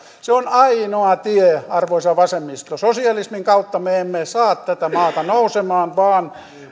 se on ainoa tie arvoisa vasemmisto sosialismin kautta me emme saa tätä maata nousemaan vaan